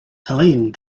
helene